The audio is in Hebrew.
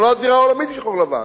וגם לא הזירה העולמית היא שחור לבן.